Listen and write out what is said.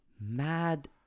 Mad